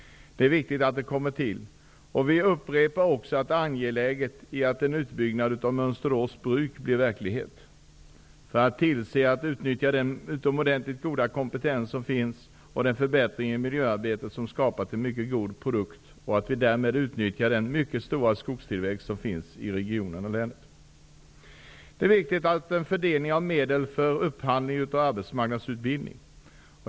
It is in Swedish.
Det är viktigt att de kommer till stånd. Vi upprepar också att det är angeläget att en utbyggnad av Mönsterås bruk blir verklighet, för att tillse att utnyttja den utomordentligt goda kompetens som finns och den förbättring i miljöarbetet som skapat en mycket god produkt. Därmed utnyttjar vi också den mycket stora skogstillväxt som finns i regionen och länet. Det är viktigt med en fördelning av medel för upphandling av arbetsmarknadsutbildning.